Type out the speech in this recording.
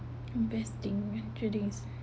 invest in tradings